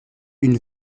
une